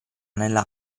nella